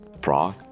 Prague